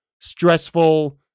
stressful